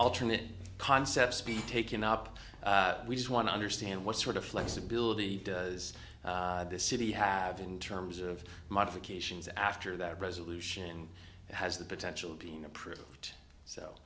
alternate concepts to be taken up we just want to understand what sort of flexibility does this city have in terms of modifications after that resolution has the potential of being approved so